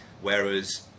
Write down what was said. Whereas